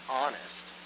honest